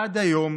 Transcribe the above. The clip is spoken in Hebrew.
עד היום,